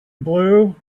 blue